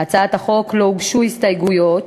להצעת החוק לא הוגשו הסתייגויות,